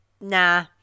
Nah